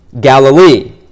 Galilee